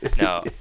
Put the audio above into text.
No